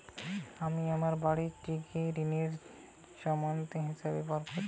আমি আমার বাড়িটিকে ঋণের জামানত হিসাবে ব্যবহার করেছি